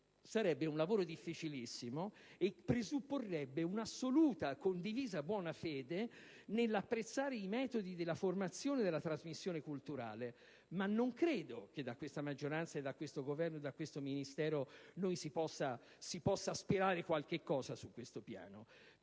è un lavoro difficilissimo e presupporrebbe un'assoluta, condivisa buona fede nell'apprezzare i metodi della formazione e della trasmissione culturale, ma io non credo che da questa maggioranza, da questo Governo e da questo Ministero noi possiamo aspettare qualcosa su questo piano.